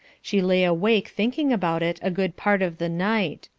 she lay awake thinking about it a good part of the night.